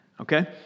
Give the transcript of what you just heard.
Okay